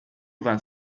vingt